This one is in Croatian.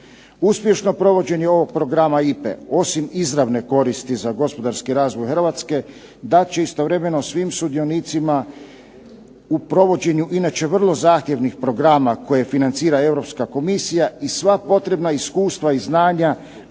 Uspješno provođenje ovog programa IPA-e osim izravne koristi za gospodarski razvoj Hrvatske dat će istovremeno svim sudionicima u provođenju inače vrlo zahtjevnih programa koje financira Europska komisija i sva potrebna iskustva i znanja